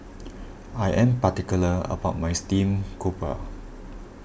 I am particular about my Steamed Grouper